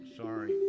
Sorry